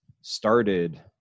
started